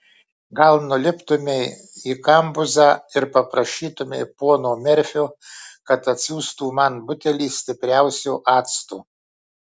gal nuliptumei į kambuzą ir paprašytumei pono merfio kad atsiųstų man butelį stipriausio acto